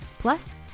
Plus